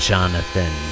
Jonathan